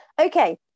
okay